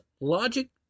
logic